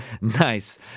Nice